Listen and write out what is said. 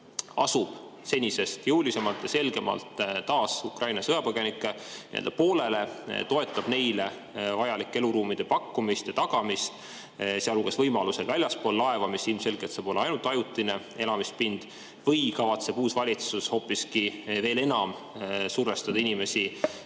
asub senisest jõulisemalt ja selgemalt taas Ukraina sõjapõgenike poolele, toetab neile vajalike eluruumide pakkumist ja tagamist, sealhulgas võimalusel väljaspool laeva, mis ilmselgelt saab olla ainult ajutine elamispind. Või kavatseb uus valitsus hoopiski veel enam survestada inimesi